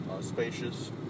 spacious